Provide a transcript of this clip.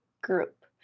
Group